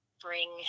bring